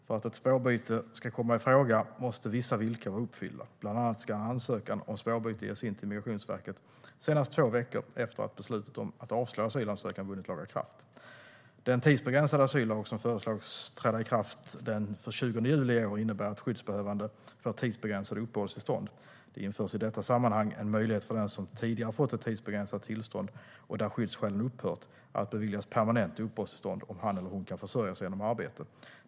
För att ett spårbyte ska komma i fråga måste vissa villkor vara uppfyllda, bland annat ska en ansökan om spårbyte ges in till Migrationsverket senast två veckor efter att beslutet om att avslå asylansökan vunnit laga kraft. Den tidsbegränsade asyllag som föreslås träda i kraft den 20 juli i år innebär att skyddsbehövande får tidsbegränsade uppehållstillstånd. Det införs i detta sammanhang en möjlighet för den som tidigare fått ett tidsbegränsat tillstånd och där skyddsskälen upphört att beviljas permanent uppehållstillstånd om han eller hon kan försörja sig genom arbete.